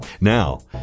Now